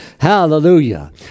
Hallelujah